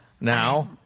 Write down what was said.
Now